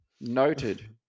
noted